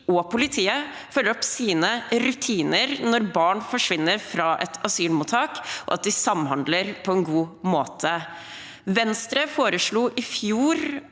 og politiet følger opp sine rutiner når barn forsvinner fra et asylmottak, og at de samhandler på en god måte. Venstre foreslo i fjor